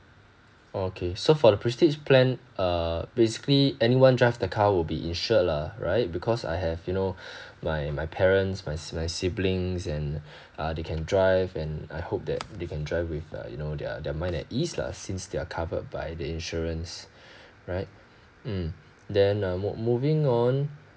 okay so for the prestige plan uh basically anyone drive the car will be insured lah right because I have you know my my parents my si~ my siblings and uh they can drive and I hope that they can driver with uh you know their their mind at ease lah since they are covered by the insurance right mm then uh mov~ moving on